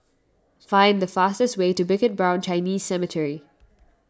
find the fastest way to Bukit Brown Chinese Cemetery